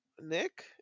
Nick